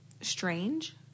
strange